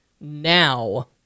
now